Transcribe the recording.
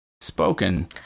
spoken